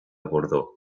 bordó